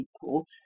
people